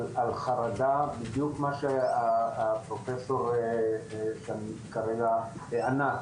על חרדה, בדיוק מה שהפרופסור ענת.